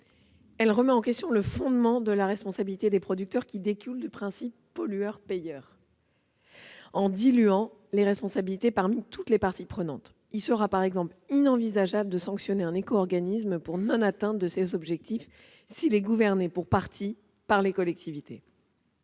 elle remet en question le fondement de la responsabilité élargie des producteurs qui découle du principe pollueur-payeur en diluant les responsabilités parmi toutes les parties prenantes. Il sera par exemple inenvisageable de sanctionner un éco-organisme pour non-atteinte de ses objectifs s'il est gouverné pour partie par les collectivités.